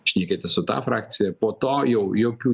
šnekėti su ta frakcija po to jau jokių